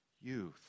youth